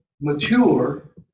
mature